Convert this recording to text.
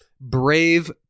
brave